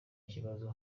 kibazo